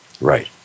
Right